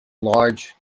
large